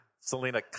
Selena